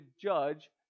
judge